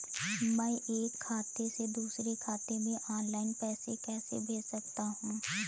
मैं एक खाते से दूसरे खाते में ऑनलाइन पैसे कैसे भेज सकता हूँ?